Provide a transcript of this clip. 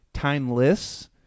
timeless